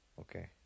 Okay